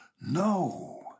no